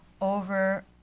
over